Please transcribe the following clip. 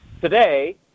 today